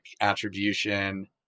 attribution